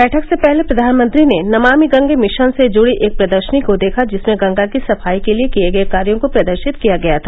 बैठक से पहले प्रधानमंत्री ने नमामि गंगे मिशन से जुड़ी एक प्रदर्शनी को देखा जिसमें गंगा की सफाई के लिए किये गये कार्यो को प्रदर्शित किया गया था